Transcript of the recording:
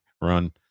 run